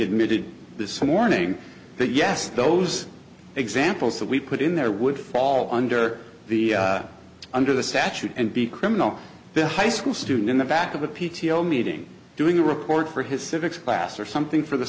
admitted this morning that yes those examples that we put in there would fall under the under the statute and be criminal the high school student in the back of a p t o meeting doing a report for his civics class or something for the